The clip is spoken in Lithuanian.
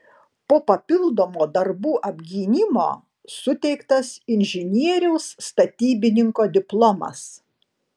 po papildomo darbų apgynimo suteiktas inžinieriaus statybininko diplomas